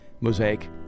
Mosaic